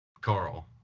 Carl